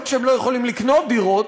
לא רק שהם לא יכולים לקנות דירות,